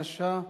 בבקשה,